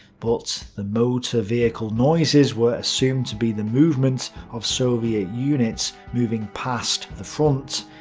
but the motor vehicle noises were assumed to be the movement of soviet units moving past the front,